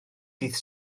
dydd